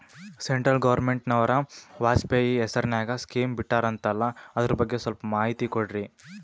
Central ಗವರ್ನಮೆಂಟನವರು ವಾಜಪೇಯಿ ಹೇಸಿರಿನಾಗ್ಯಾ scheme ಬಿಟ್ಟಾರಂತಲ್ಲ ಅದರ ಬಗ್ಗೆ ಸ್ವಲ್ಪ ಮಾಹಿತಿ ಕೊಡ್ರಿ?